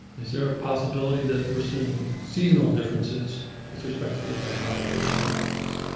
is there a possibility that we're seeing seasonal differences with respect to the effect modification analysis.